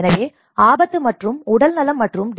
எனவே ஆபத்து மற்றும் உடல்நலம் மற்றும் டி